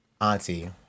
auntie